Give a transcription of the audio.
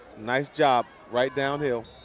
nice job right downhill.